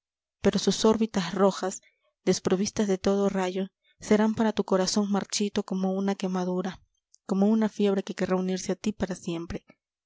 pero sus órbitas rojas desprovistas de todo rayo serán para tu corazón marchito como una quemadura como una fiebre que querrá unirse a ti para siempre